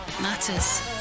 matters